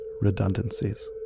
redundancies